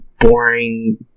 boring